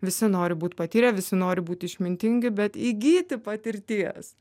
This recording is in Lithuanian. visi nori būt patyrę visi nori būti išmintingi bet įgyti patirties